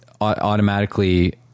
automatically